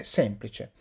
semplice